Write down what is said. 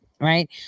right